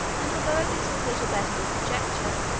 and although this were little better than conjecture,